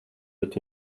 bet